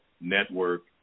network